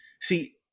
See